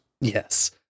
Yes